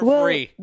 free